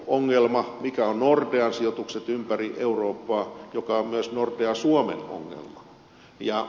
mitkä ovat nordean sijoitukset ympäri eurooppaa mikä on myös nordea suomen ongelma